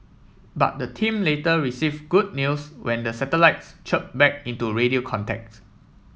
but the team later received good news when the satellites chirped back into radio contacts